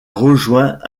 rejoint